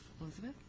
Elizabeth